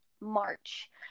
March